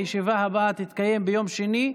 הישיבה הבאה תתקיים ביום שני,